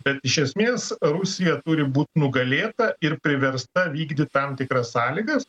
bet iš esmės rusija turi būt nugalėta ir priversta vykdyt tam tikras sąlygas